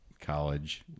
college